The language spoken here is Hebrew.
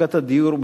מצוקת הדיור,